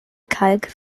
kalk